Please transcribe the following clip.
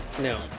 No